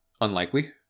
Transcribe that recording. unlikely